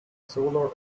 solar